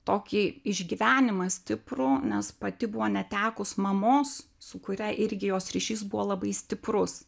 tokį išgyvenimą stiprų nes pati buvo netekus mamos su kuria irgi jos ryšys buvo labai stiprus